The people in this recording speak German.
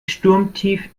sturmtief